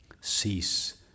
cease